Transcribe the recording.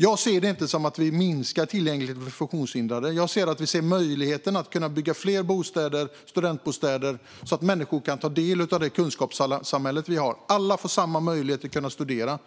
Jag ser det inte som att vi minskar tillgängligheten för funktionshindrade utan att vi ser möjligheter att bygga fler studentbostäder så att människor kan ta del av vårt kunskapssamhälle. Alla får samma möjlighet att studera.